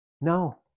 No